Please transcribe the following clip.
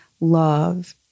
love